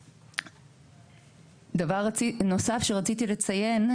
דבר נוסף שרציתי לציין,